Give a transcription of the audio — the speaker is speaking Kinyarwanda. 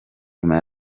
nyuma